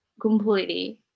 completely